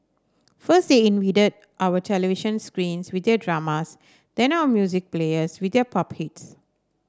first they invaded our television screens with their dramas then our music players with their pop hits